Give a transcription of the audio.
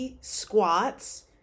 squats